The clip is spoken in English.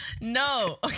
No